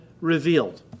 revealed